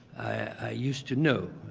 i used to know.